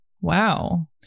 wow